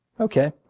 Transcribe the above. Okay